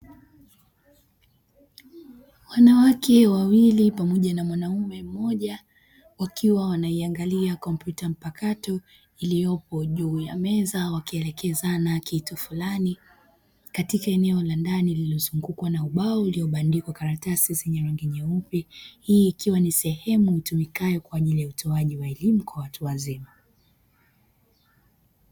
Wanawake wawili pamoja na mwanaume mmoja wakiwa wanaiangalia kompyuta mpakato iliyopo juu ya meza wakielekezana kitu fulani katika eneo la ndani lililozungukwa na ubao uliobandikwa karatasi zenye rangi nyeupe. Hii ikiwa ni sehemu itumikayo kwa ajili ya utoaji wa elimu kwa watu wazima.